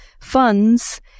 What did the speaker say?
funds